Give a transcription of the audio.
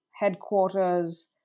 headquarters